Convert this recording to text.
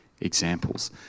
examples